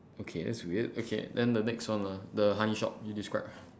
okay that's weird okay then the next one ah the honey shop you describe